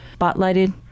spotlighted